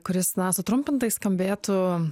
kuris sutrumpintai skambėtų